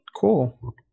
Cool